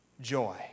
Joy